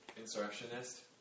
Insurrectionist